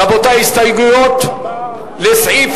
רבותי, הסתייגויות לסעיף